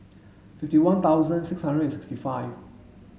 fifty one thousand six hundred and sixty five